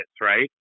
right